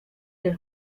del